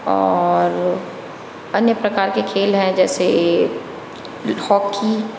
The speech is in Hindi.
और अन्य प्रकार के खेल हैं जैसे हॉकी